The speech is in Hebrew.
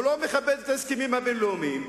הוא לא מכבד את ההסכמים הבין-לאומיים,